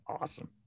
Awesome